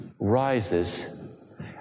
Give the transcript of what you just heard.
rises